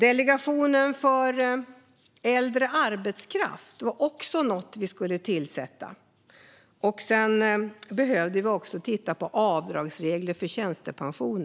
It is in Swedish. En av punkterna handlade om att vi skulle tillsätta en delegation för äldre arbetskraft, och den sista punkten handlade om att vi behöver titta på avdragsreglerna för tjänstepension.